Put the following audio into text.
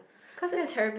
because that's